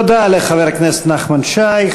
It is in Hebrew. תודה לחבר הכנסת נחמן שי.